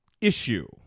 issue